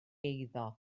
eiddo